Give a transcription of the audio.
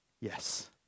yes